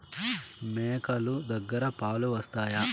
మేక లు దగ్గర పాలు వస్తాయా?